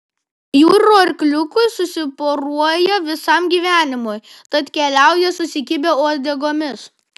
jūrų arkliukai susiporuoja visam gyvenimui tad keliauja susikibę uodegomis